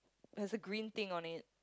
has a green thing on it